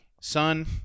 son